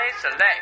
Select